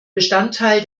bestandteil